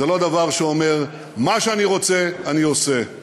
זה לא דבר שאומר: מה שאני רוצה אני עושה,